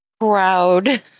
proud